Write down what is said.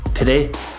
Today